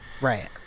Right